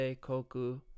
Koku